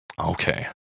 Okay